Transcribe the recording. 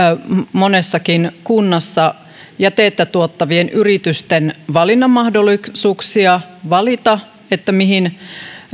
monessakin kunnassa jätettä tuottavien yritysten mahdollisuuksia valita mihin